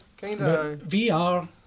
VR